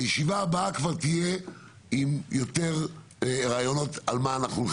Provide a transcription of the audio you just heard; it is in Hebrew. הישיבה הבאה כבר תהיה עם יותר רעיונות על מה אנחנו הולכים